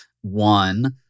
one